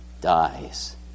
Dies